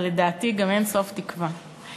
אבל לדעתי, גם אין-סוף תקווה.